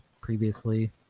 previously